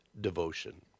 devotion